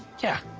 yeah.